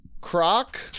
Croc